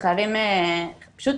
פשוט